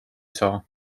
saa